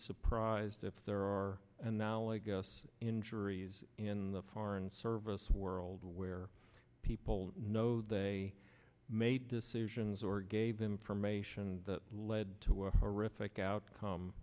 surprised if there are and now i guess injuries in the foreign service world where people know they made decisions or gave information that led to a horrific outcome